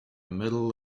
middle